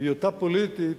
בהיותה פוליטית,